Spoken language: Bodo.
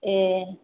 ए